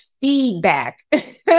feedback